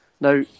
Now